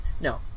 No